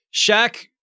Shaq